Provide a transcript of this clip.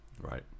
right